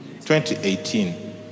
2018